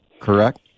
correct